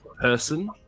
person